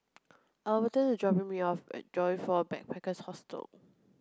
Albertus is dropping me off at Joyfor Backpackers' Hostel